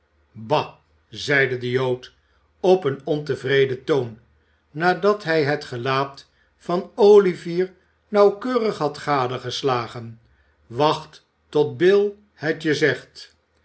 bah zeide de jood op een ontevreden toon nadat hij het gelaat van olivier nauwkeurig had gadegeslagen wacht tot bill het je zegt